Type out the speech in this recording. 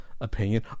opinion